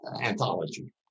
anthology